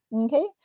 okay